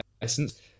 license